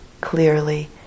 clearly